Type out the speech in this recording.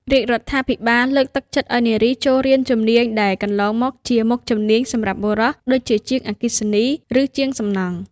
រាជរដ្ឋាភិបាលលើកទឹកចិត្តឱ្យនារីចូលរៀនជំនាញដែលកន្លងមកជាមុខជំនាញសម្រាប់បុរសដូចជា ជាងអគ្គិសនី ឬជាងសំណង់។